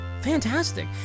fantastic